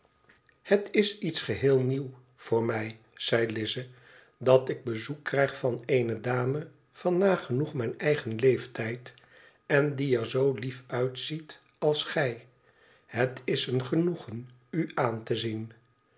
het is iets geheel nieuw voor mij zei lize dat ik bezoek krijg van eene dame van nagenoeg mijn eigen leeftijd en die er zoo lief uitziet als gij het is een genoegen u aan te zien